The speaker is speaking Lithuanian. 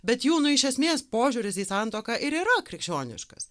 bet jų nu iš esmės požiūris į santuoką ir yra krikščioniškas